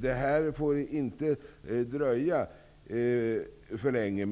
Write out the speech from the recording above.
Detta får inte dröja för länge.